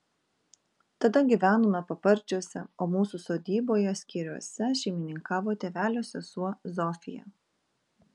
tada gyvenome paparčiuose o mūsų sodyboje skėriuose šeimininkavo tėvelio sesuo zofija